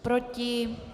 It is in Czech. Proti?